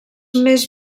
més